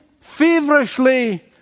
feverishly